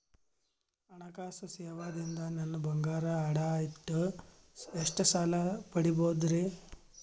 ಹಣಕಾಸು ಸೇವಾ ದಿಂದ ನನ್ ಬಂಗಾರ ಅಡಾ ಇಟ್ಟು ಎಷ್ಟ ಸಾಲ ಪಡಿಬೋದರಿ?